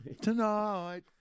Tonight